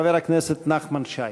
חבר הכנסת נחמן שי.